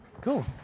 cool